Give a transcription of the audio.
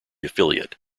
affiliate